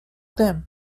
them